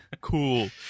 cool